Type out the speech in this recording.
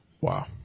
Wow